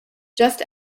just